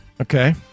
Okay